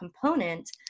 component